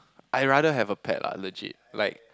I rather have a pet lah legit like